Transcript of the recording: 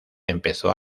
empezó